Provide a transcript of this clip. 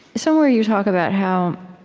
somewhere, you talk about how